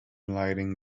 lighting